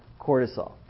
Cortisol